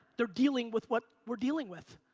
they're dealing with what we're dealing with.